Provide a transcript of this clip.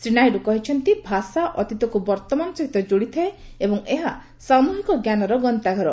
ଶ୍ରୀ ନାଇଡ଼ୁ କହିଛନ୍ତି ଭାଷା ଅତୀତକୁ ବର୍ତ୍ତମାନ ସହିତ ଯୋଡ଼ିଥାଏ ଏବଂ ଏହା ସାମ୍ରହିକ ଜ୍ଞାନର ଗନ୍ତାଘର